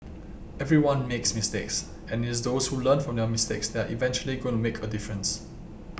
everyone makes mistakes and it is those who learn from their mistakes that are eventually gonna make a difference